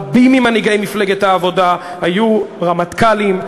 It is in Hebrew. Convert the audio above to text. רבים ממנהיגי מפלגת העבודה היו רמטכ"לים,